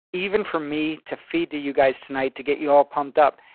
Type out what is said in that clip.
even for me to feed to you guys tonight to get you all pumped up.